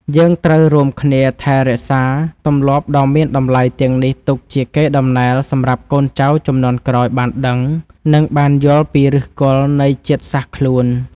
យើងត្រូវរួមគ្នាថែរក្សាទម្លាប់ដ៏មានតម្លៃទាំងនេះទុកជាកេរដំណែលសម្រាប់កូនចៅជំនាន់ក្រោយបានដឹង និងបានយល់ពីឫសគល់នៃជាតិសាសន៍ខ្លួន។